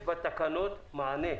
יש בתקנות מענה,